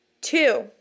Two